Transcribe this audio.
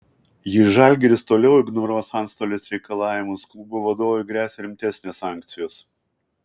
jei žalgiris toliau ignoruos antstolės reikalavimus klubo vadovui gresia rimtesnės sankcijos